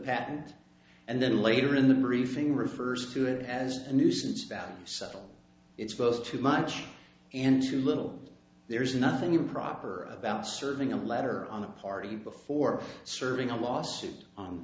patent and then later in the briefing refers to it as a nuisance value subtle it's both too much and too little there is nothing improper about serving a letter on a party before serving a lawsuit